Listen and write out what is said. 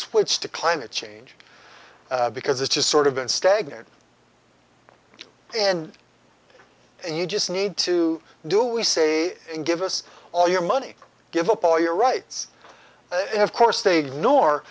switched to climate change because it's just sort of been stagnant and and you just need to do we say give us all your money give up all your rights of course they ignore